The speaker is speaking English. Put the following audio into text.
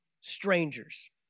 strangers